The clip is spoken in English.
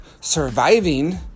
surviving